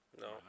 No